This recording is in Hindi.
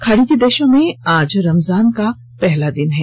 खाड़ी के देशों में आज रमजान का पहला दिन है